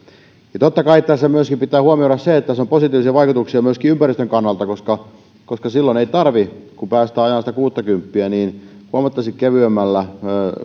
totta kai tässä pitää huomioida myöskin se että tässä on positiivisia vaikutuksia myöskin ympäristön kannalta koska koska silloin kun päästään ajamaan kuuttakymppiä niin huomattavasti kevyemmillä